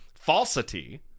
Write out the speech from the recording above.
falsity